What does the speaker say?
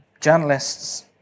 journalists